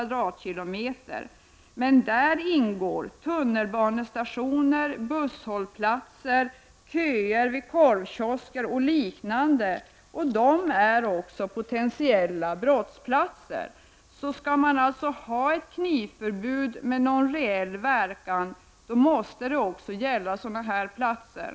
I detta område ingår emellertid tunnelbanestationer, busshållplatser, köer vid korvkiosker och liknande, och dessa ställen är också potentiella brottsplatser. Om man skall ha ett knivförbud med någon reell verkan måste det alltså även gälla sådana platser.